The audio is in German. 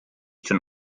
schon